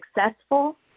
successful